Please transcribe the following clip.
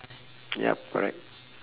yup correct